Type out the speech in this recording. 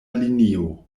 linio